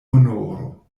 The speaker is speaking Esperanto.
honoro